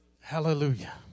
Hallelujah